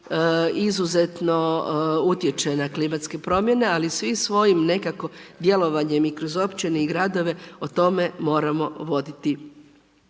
izuzetno utječe na klimatske promjene ali svi svojim nekako djelovanjem i kroz općine i gradove o tome moramo voditi